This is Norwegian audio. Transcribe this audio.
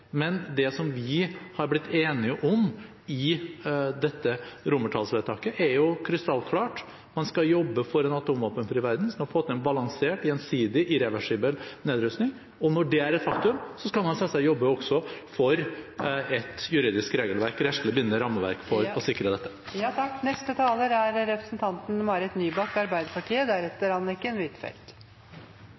Men det som vi er blitt enige om i dette romertallsvedtaket, er krystallklart: Man skal jobbe for en atomvåpenfri verden og få til en balansert, gjensidig, irreversibel nedrustning. Når det er et faktum, skal man selvsagt også jobbe for et juridisk regelverk, et rettslig bindende rammeverk, for å sikre